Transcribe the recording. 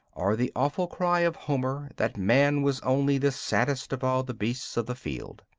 or the awful cry of homer that man was only the saddest of all the beasts of the field.